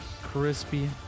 crispy